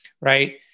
right